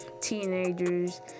teenagers